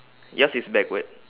yours is backward